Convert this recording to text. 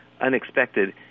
unexpected